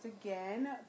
again